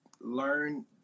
learn